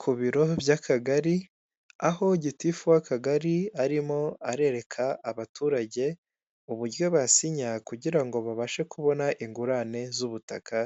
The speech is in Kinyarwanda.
Ku biro by'akagari aho gitifu w'akagari arimo arereka abaturage uburyo basinya kugira ngo babashe kubona ingurane z'ubutaka